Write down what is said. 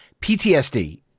PTSD